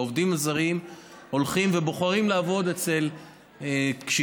העובדים הזרים הולכים ובוחרים לעבוד אצל קשישים,